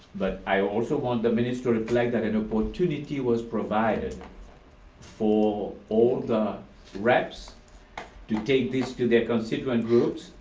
but i also want the minutes to reflect that an opportunity was provided for older reps to take this to their constituent groups.